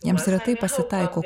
jiems retai pasitaiko